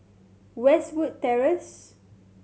Westwood Terrace